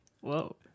Whoa